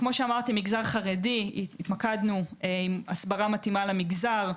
מגזר חרדי התמקדנו עם הסברה מתאימה למגזר,